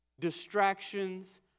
distractions